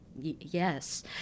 Yes